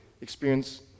Experience